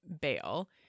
bail